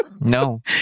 No